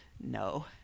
no